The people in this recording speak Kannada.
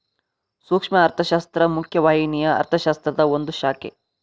ಸೂಕ್ಷ್ಮ ಅರ್ಥಶಾಸ್ತ್ರ ಮುಖ್ಯ ವಾಹಿನಿಯ ಅರ್ಥಶಾಸ್ತ್ರದ ಒಂದ್ ಶಾಖೆ